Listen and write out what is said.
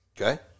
Okay